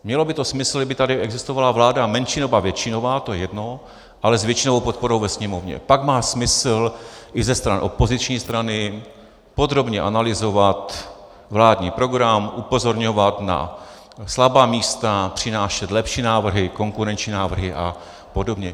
Mělo by to smysl, kdyby tady existovala vláda menšinová, většinová, to je jedno, ale s většinovou podporou ve Sněmovně, pak má smysl i ze stran opoziční strany podrobně analyzovat vládní program, upozorňovat na slabá místa, přinášet lepší návrhy, konkurenční návrhy a podobně.